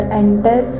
enter